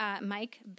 Mike